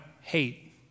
hate